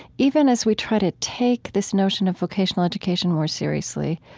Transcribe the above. even as we try to take this notion of vocational education more seriously,